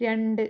രണ്ട്